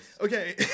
okay